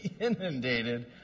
inundated